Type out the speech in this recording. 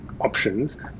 options